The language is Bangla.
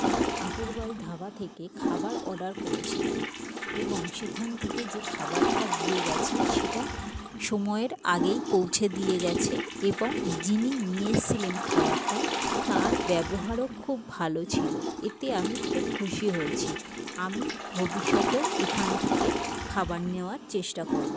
আমি আগরওয়াল ধাবা থেকে খাবার অর্ডার করেছিলাম এবং সেখান থেকে যে খাবারটা দিয়ে গেছে সেটা সময়ের আগেই পৌঁছে দিয়ে গেছে এবং যিনি নিয়ে এসছিলেন খাবারটা তার ব্যবহারও খুব ভালো ছিলো এতে আমি খুব খুশি হয়েছি আমি ভবিষ্যতেও এখান থেকে খাবার নেওয়ার চেষ্টা করবো